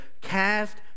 Cast